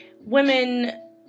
women